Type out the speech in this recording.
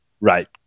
Right